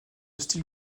style